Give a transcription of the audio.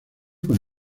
con